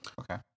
okay